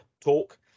talk